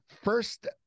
first